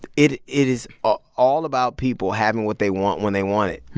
it it is ah all about people having what they want when they want it.